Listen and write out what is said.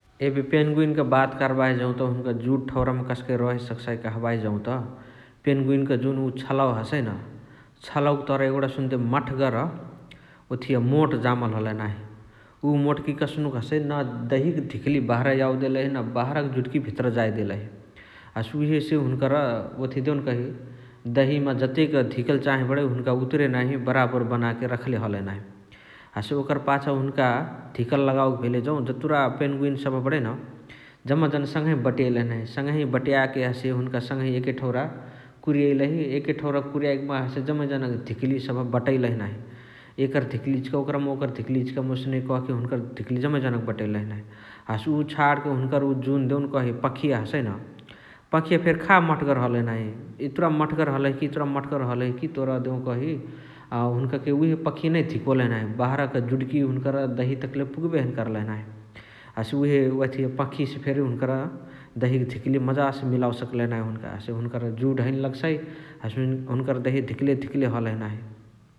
एबे पेनगुइन क बात करबाही जौत हुनुका जुड ठौरामा कसके रहे सकसाइ कहबाही जौत पेनगुइन क जुन उअ छलवा हसइ न छलवक तर सुन्ते एगुणा मठगर ओथिया मोट जामल हलही नाही । उ मोटकी कसनुक हसइ न दहियाक धिकाली बहरा यावे देलही न बहराक जुडकी भितरअ जाए देलही । हसे उहेसे हुनुकर ओथी देउनकही दहिमा जते धिकल चाहे बणइ हुनुका उतुरे नाही बारबोरी बनाके रखले हलही नाही । हसे ओकर पाछा हुन्का धिकल लगावके भेले जौ जतुरा पेनगुइन सबह बणइ न जम्मा जन सङही बटियैलही नाही । सङही बटियाके हसे हुनुका सङही एके ठौरा कुरिएइलही । एके ठौरा कुरियाइकी माहा जम्मे जनक धिकाली बटैलही नाही । एकर धिकली इचिका ओकरमा ओकर धिकाली इचिकामा ओसने कके हुनुकर धिकाली जम्मे जना क बटैलही नाही । हसे उ छाणके हुनकर देउनकही जुन पखिया हसइन्, पखिया फेरी खा मठगर हलही नाही । इतुरा मठगर हलही कि इतुरा मठगर हलही तोर देउकही हुनुकाके उहे पखिया धिकोलही नाही । बहराक जुडकी हुनुकर दहिया तकले पुगबे हैने करलही नाही । हसे उहे ओथिया पखिया से फेरी हुनुकर दहिक धिकाली मजासे मिलावे सकलही नाही हुन्का । हसे हुनकर जुड हैने लगसाइ हुनकर दहिया धिकले धिकले हलही ।